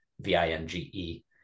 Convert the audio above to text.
V-I-N-G-E